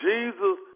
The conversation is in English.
Jesus